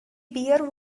beer